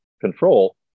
Control